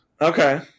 Okay